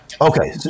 Okay